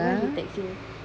why he text you